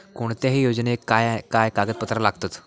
कोणत्याही योजनेक काय काय कागदपत्र लागतत?